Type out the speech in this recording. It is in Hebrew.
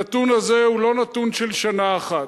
הנתון הזה הוא לא נתון של שנה אחת.